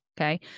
Okay